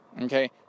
Okay